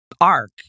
arc